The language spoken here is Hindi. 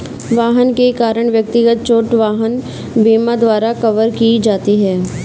वाहन के कारण व्यक्तिगत चोट वाहन बीमा द्वारा कवर की जाती है